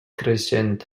creixent